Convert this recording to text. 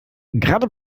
gerade